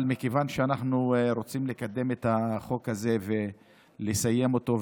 אבל מכיוון שאנחנו רוצים לקדם את החוק הזה ולסיים אותו,